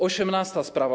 Osiemnasta sprawa.